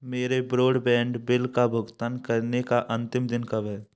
मेरे broadband bill का भुगतान करने का अंतिम दिन कब है